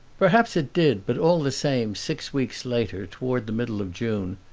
perhaps it did, but all the same, six weeks later, toward the middle of june,